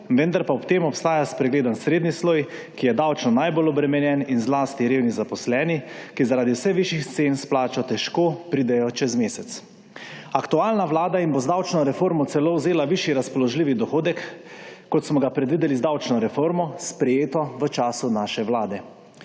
vendar pa ob tem ostaja spregledan srednji sloj, ki je davčno najbolj obremenjen, in zlasti revni zaposleni, ki zaradi vse višjih cen s plačo težko pridejo čez mesec. Aktualna Vlada jim bo z davčno reformo celo vzela višji razpoložljivi dohodek, kot smo ga predvideli z davčno reformo, sprejeto v času naše Vlade.